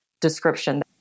description